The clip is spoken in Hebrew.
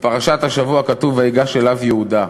בפרשת השבוע כתוב "ויגש אליו יהודה".